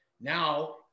Now